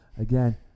Again